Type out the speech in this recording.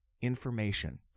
information